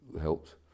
helped